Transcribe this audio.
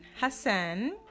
Hassan